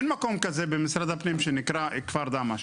אין מקום כזה במשרד הפנים שנקרא כפר דהמש.